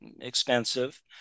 expensive